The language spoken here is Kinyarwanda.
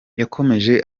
yakomeje